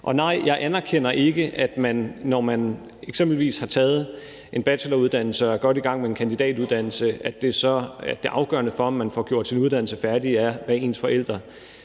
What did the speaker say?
Og nej, jeg anerkender ikke, at når man eksempelvis har taget en bacheloruddannelse og er godt i gang med en kandidatuddannelse, så er det afgørende for, om man får gjort sin uddannelse færdig, hvad ens forældre